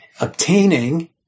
Obtaining